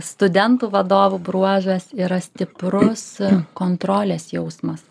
studentų vadovų bruožas yra stiprus kontrolės jausmas